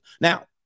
Now